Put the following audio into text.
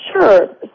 Sure